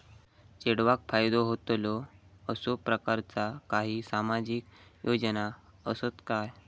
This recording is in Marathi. चेडवाक फायदो होतलो असो प्रकारचा काही सामाजिक योजना असात काय?